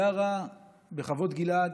גרה בחוות גלעד,